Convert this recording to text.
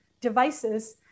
devices